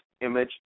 image